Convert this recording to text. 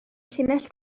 llinell